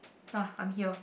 I'm here